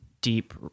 deep